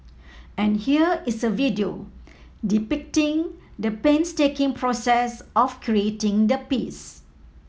and here is a video depicting the painstaking process of creating the piece